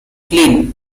clean